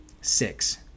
Six